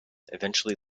eventually